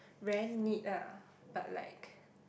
very neat ah but like